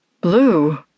blue